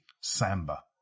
Samba